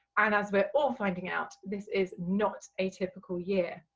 and as we're all finding out this is not a typical year.